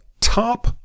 top